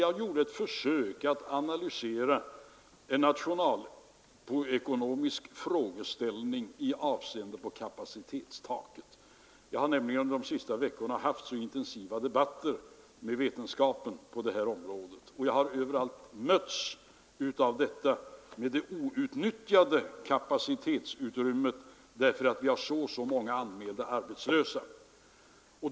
Jag gjorde ett försök att analysera en nationalekonomisk frågeställning i avseende på kapacitetstaket. Jag har nämligen under de senaste veckorna fört intensiva debatter med vetenskapen på detta område, och jag har överallt mötts av argumentet om det outnyttjade kapacitetsutrymmet därför att vi har så och så många arbetslösa.